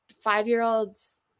five-year-old's